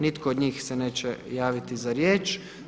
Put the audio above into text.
Nitko od njih se neće javiti za riječ.